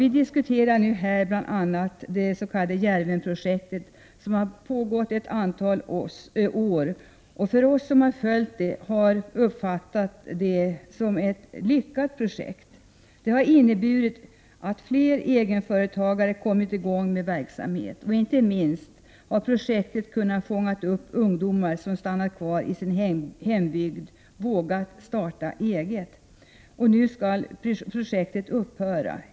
Vi diskuterar här bl.a. det s.k. Djärvenprojektet som har pågått ett antal 20 mars 1989 år. Vi som har följt det har uppfattat det som ett lyckat projekt. Det har inneburit att fler egenföretagare har kommit i gång med verksamhet. Inte minst har projektet kunnat fånga upp ungdomar, som har stannat i sin hembygd och vågat starta eget. Nu skall projektet upphöra.